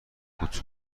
بود